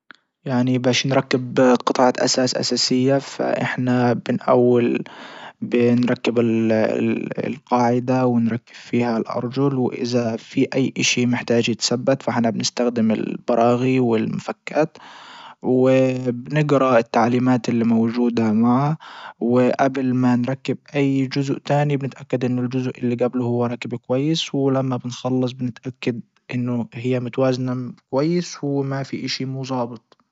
يعني باش نركب قطعة اثاث اساسية فاحنا من اول بنركب القاعدة ونركب فيها الارجل واذا في اي اشي محتاج يتثبت فاحنا بنستخدم البراغي والمفكات وبنجرا التعليمات اللي موجودة معه جبل ما نركب اي جزء تاني بنتأكد انه الجزء اللي جبله هو راكب كويس ولما بنخلص بنتأكد انه هي متوازنة كويس وما في اشي مو زابط.